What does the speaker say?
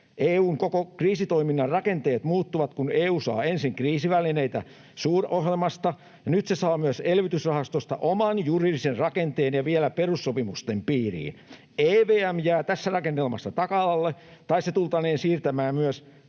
EU:n koko kriisitoiminnan rakenteet muuttuvat, kun EU saa ensin kriisivälineitä suurohjelmasta ja nyt se saa myös elpymisrahastosta oman juridisen rakenteen ja vielä perussopimusten piiriin. EVM jää tässä rakennelmassa taka-alalle, tai myös se tultaneen siirtämään